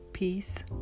Peace